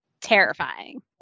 terrifying